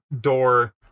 door